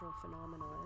phenomenon